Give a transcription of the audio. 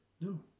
No